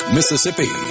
Mississippi